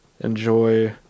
enjoy